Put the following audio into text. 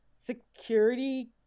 security